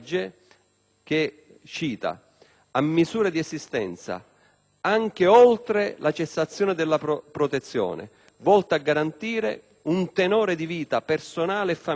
legge, «misure di assistenza, anche oltre la cessazione della protezione, volte a garantire un tenore di vita personale e familiare